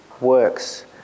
works